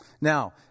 Now